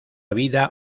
vida